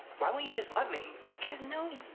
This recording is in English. why won't you just let me? because no.